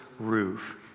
Roof